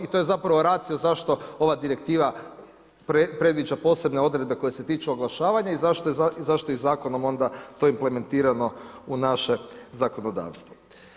I to je zapravo racio zašto ova direktiva predviđa posebne odredbe koje se tiču oglašavanja i zašto je zakonom onda to implementirano u naše zakonodavstvo.